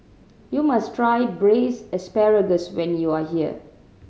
you must try Braised Asparagus when you are here